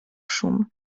szum